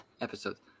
episodes